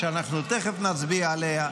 שאנחנו תיכף נצביע עליה,